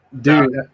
dude